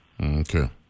Okay